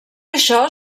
això